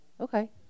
Okay